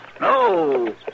No